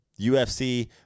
UFC